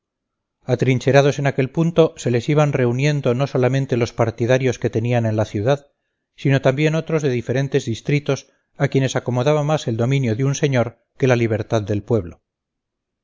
atrincherados en aquel punto se les iban reuniendo no solamente los partidarios que tenían en la ciudad sino también otros de diferentes distritos a quienes acomodaba más el dominio de un señor que la libertad del pueblo